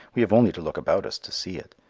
we have only to look about us to see it.